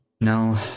No